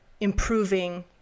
improving